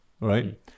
right